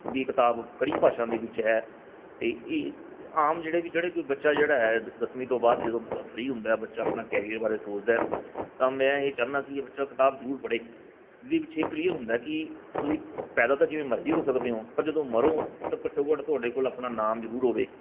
ਵੀ ਇਹ ਕਿਤਾਬ ਕਈ ਭਾਸ਼ਾ ਦੇ ਵਿੱਚ ਹੈ ਅਤੇ ਇਹ ਆਮ ਜਿਹੜੇ ਵੀ ਜਿਹੜੇ ਕੋਈ ਬੱਚਾ ਜਿਹੜਾ ਹੈ ਦਸਵੀਂ ਤੋਂ ਬਾਅਦ ਜਦੋਂ ਫਰੀ ਹੁੰਦਾ ਬੱਚਾ ਆਪਣਾ ਕੈਰੀਅਰ ਬਾਰੇ ਸੋਚਦਾ ਤਾਂ ਮੈਂ ਇਹ ਚਾਹੁੰਦਾ ਕਿ ਇਹ ਬੱਚਾ ਕਿਤਾਬ ਜ਼ਰੂਰ ਪੜ੍ਹੇ ਜਿਹਦੇ ਵਿੱਚ ਇਹ ਕਲੀਅਰ ਹੁੰਦਾ ਕਿ ਤੁਸੀਂ ਪੈਦਾ ਤਾਂ ਜਿਵੇਂ ਮਰਜ਼ੀ ਹੋ ਸਕਦੇ ਹੋ ਪਰ ਜਦੋਂ ਮਰੋ ਤਾਂ ਘੱਟੋ ਘੱਟ ਤੁਹਾਡੇ ਕੋਲ ਆਪਣਾ ਨਾਮ ਜ਼ਰੂਰ ਹੋਵੇ